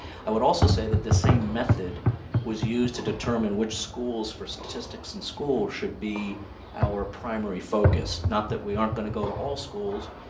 i would also say the same method was used to determine which schools for statistics and schools should be our primary focus, not that we aren't going to go to all schools,